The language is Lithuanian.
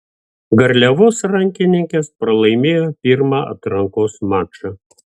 garliavos rankininkės pralaimėjo pirmą atrankos mačą